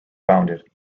founded